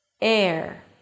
air